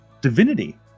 divinity